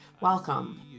welcome